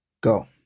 go